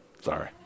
Sorry